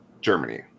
Germany